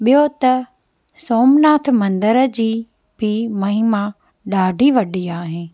ॿियों त सोमनाथ मंदर जी बि महिमा ॾाढी वॾी आहे